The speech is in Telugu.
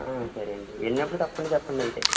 సరేండి వెళ్ళినప్పుడు తప్పకుండా చెప్పండయితే